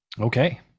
Okay